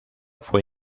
fue